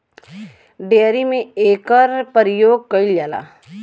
dairy में एकर परियोग कईल जाला